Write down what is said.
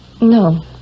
No